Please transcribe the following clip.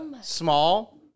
Small